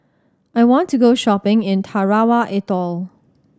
I want to go shopping in Tarawa Atoll